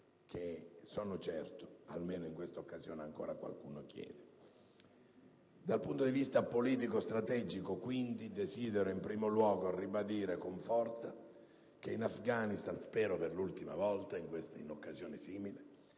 che, sono certo, almeno in questa occasione qualcuno chiederà. Quindi, dal punto di vista politico - strategico desidero in primo luogo ribadire con forza che in Afghanistan - spero di farlo per l'ultima volta in occasioni simili